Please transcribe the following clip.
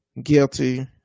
Guilty